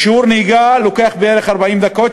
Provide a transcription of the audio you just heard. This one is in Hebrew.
ושיעור נהיגה נמשך בערך 40 דקות,